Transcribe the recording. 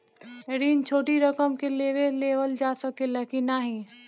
ऋण छोटी रकम के लिए लेवल जा सकेला की नाहीं?